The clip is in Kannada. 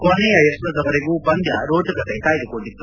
ಕೊನೆಯ ಎಸೆತದ ವರೆಗೂ ಪಂದ್ಯ ರೋಚಕತೆ ಕಾಯ್ದುಕೊಂಡಿತ್ತು